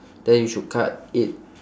then you should cut it